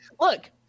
Look